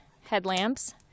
headlamps